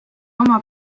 oma